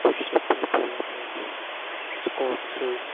pushup pullup Scots